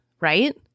right